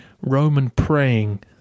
Roman-praying